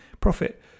profit